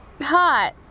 hot